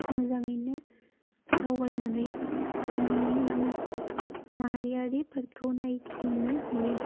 मोजाङैनो दावबायनानै जोंनि मानास माहारियारि पार्कखौ नायगिदिंनो हायो